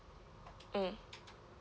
mm